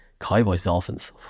Cowboys-Dolphins